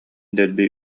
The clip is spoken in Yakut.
дэлби